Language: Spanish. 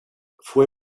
fue